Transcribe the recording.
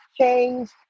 change